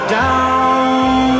down